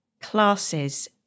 classes